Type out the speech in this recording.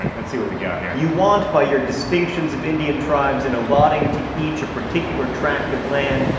um let's see what we got here. you want, by your distinctions of indian tribes, in allotting to each a particular tract of land,